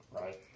right